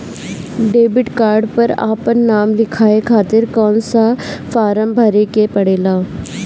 Debit card पर आपन नाम लिखाये खातिर कौन सा फारम भरे के पड़ेला?